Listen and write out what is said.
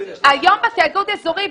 היום בתיאגוד האזורי,